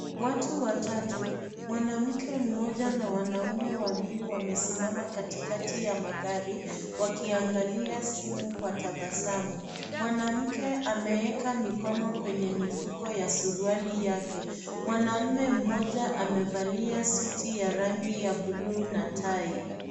Watu watatu, mwanamke mmoja na wanaume wawili wamesimama katikati ya magari, wakiangalia simu kwa tabasamu. Mwanamke ameeka mikono kwenye mifuko ya suruali yake. Mwanaume mmoja amevalia suti ya rangi ya buluu na tai.